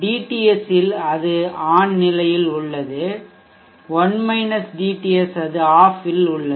dTS ல் அது on இல் உள்ளது 1 dTS அது ஆஃப் இல் உள்ளது